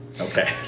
Okay